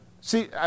See